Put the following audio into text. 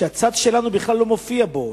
כשהצד שלנו בכלל לא מופיע בו.